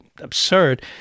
absurd